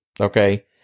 Okay